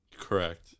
Correct